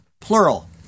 plural